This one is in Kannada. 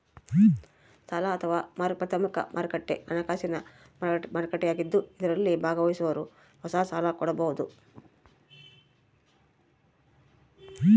ಸಾಲ ಅಥವಾ ಪ್ರಾಥಮಿಕ ಮಾರುಕಟ್ಟೆ ಹಣಕಾಸಿನ ಮಾರುಕಟ್ಟೆಯಾಗಿದ್ದು ಇದರಲ್ಲಿ ಭಾಗವಹಿಸೋರು ಹೊಸ ಸಾಲ ಕೊಡಬೋದು